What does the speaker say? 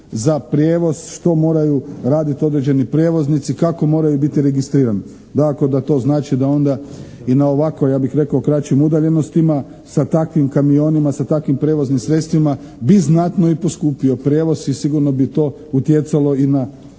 za prijevoz, što moraju raditi određeni prijevoznici, kako moraju biti registrirani, da ako da to znači da onda i na ovako ja bih rekao kraćim udaljenostima, sa takvim kamionima, sa takvim prijevoznim sredstvima bi znatno i poskupio prijevoz i sigurno bi to utjecalo i na cijenu